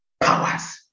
powers